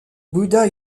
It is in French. bouddha